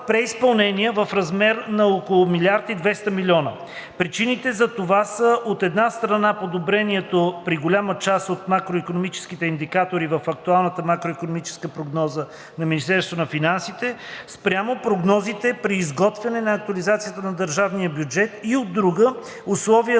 преизпълнение в размер на около 1200 млн. лв. Причините за това са, от една страна, подобрението при голяма част от макроикономическите индикатори в актуалната макроикономическа прогноза на Министерството на финансите спрямо прогнозите при изготвяне на актуализацията на държавния бюджет и от друга –